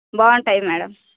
బాగంటాయి madam